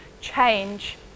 change